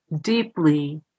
deeply